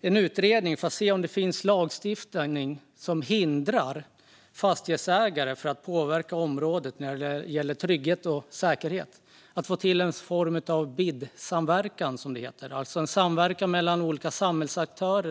en utredning för att se om det finns lagstiftning som hindrar fastighetsägare från att påverka områden när det gäller trygghet och säkerhet och för att få till en form av BID-samverkan, som det heter, alltså en samverkan mellan olika samhällsaktörer.